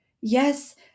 Yes